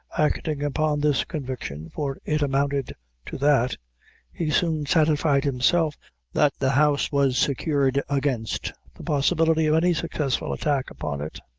acting upon this conviction for it amounted to that he soon satisfied himself that the house was secured against, the possibility of any successful attack upon it.